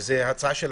זו ההצעה שלכם.